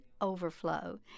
Overflow